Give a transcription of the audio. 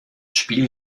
spiel